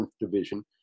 Division